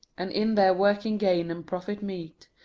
and in their working gain and profit meet,